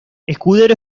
escudero